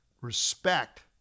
respect